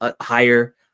higher